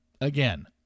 Again